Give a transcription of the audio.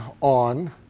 on